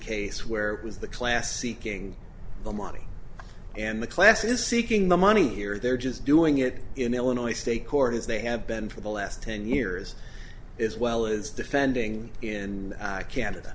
case where is the class seeking the money and the class is seeking the money here they're just doing it in illinois state court as they have been for the last ten years as well as defending in canada